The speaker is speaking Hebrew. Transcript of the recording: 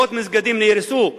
מאות מסגדים נהרסו כליל,